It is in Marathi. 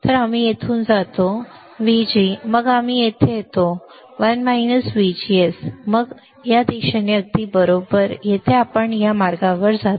तर आम्ही येथून जातो VG मग आम्ही येथे जातो 1 VGS मग आम्ही येथे जातो येथे या दिशेने अगदी बरोबर येथून आपण या मार्गाने जातो